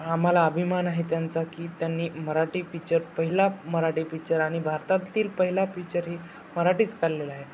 आम्हाला अभिमान आहे त्यांचा की त्यांनी मराठी पिच्चर पहिला मराठी पिच्चर आणि भारतातील पहिला पिच्चर ही मराठीच काढलेला आहे